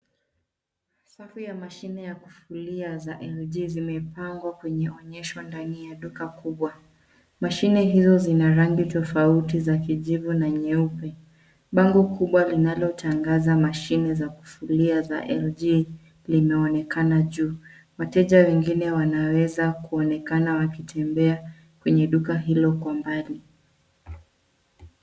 Safu ya mashine ya kufulia za LG zimepangwa kwenye onyesho ndani ya duka kubwa. Mashine hizo zina rangi tofauti za kijivu na nyeupe. Bango kubwa linalotangaza mashini za kufulia za LG linaonekana juu. Wateja wengine wanaweza kuonekana wakitembea kwenye duka hilo kwa mbali.